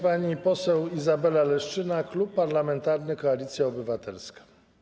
Pani poseł Izabela Leszczyna, Klub Parlamentarny Koalicja Obywatelska.